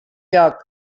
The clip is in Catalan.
lloc